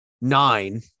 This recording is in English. nine